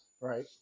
right